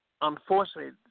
unfortunately